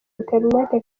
internet